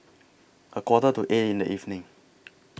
A Quarter to eight in The evening